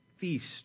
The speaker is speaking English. feast